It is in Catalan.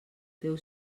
teu